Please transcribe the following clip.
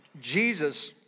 Jesus